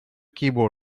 keyboard